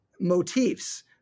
motifs